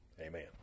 Amen